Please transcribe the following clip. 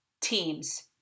team's